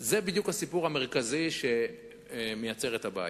זה בדיוק הסיפור המרכזי שמייצר את הבעיה.